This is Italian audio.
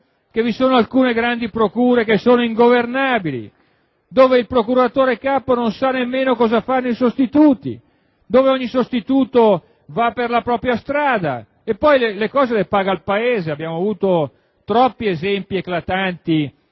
che alcune grandi procure sono ingovernabili, dove il procuratore capo non sa nemmeno cosa fanno i sostituti; sono procure dove ogni sostituto va per la propria strada e poi le conseguenze le paga il Paese. Abbiamo avuto troppi esempi eclatanti,